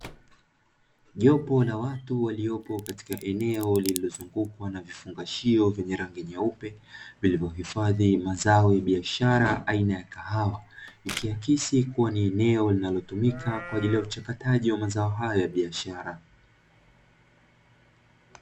Jopo la watu waliopo katika eneo lililozungukwa na vifungashio vyenye rangi nyeupe vilivyohifadhi mazao ya biashara aina ya kahawa, ikiakisi kuwa ni eneo linalotumika kwa ajili ya uchakataji wa mazao hayo ya biashara.